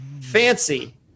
fancy